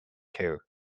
care